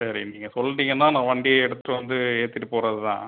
சரி நீங்கள் சொல்லிட்டிங்கனா நான் வண்டியை எடுத்துகிட்டு வந்து எடுத்துகிட்டு போகிறது தான்